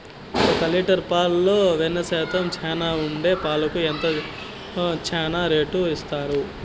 ఒక లీటర్ పాలలో వెన్న శాతం చానా ఉండే పాలకు ఎంత చానా రేటు ఇస్తారు?